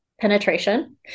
penetration